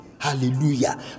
Hallelujah